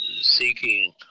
seeking